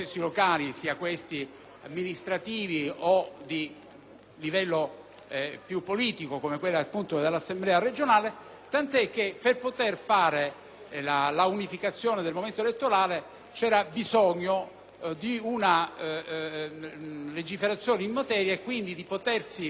che politico, come nel caso dell'Assemblea regionale, tanto che per potere arrivare all'unificazione del momento elettorale c'era bisogno di una legiferazione in materia e quindi di potersi reimpossessare delle prerogative da parte del Consiglio regionale.